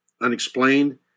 unexplained